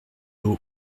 haut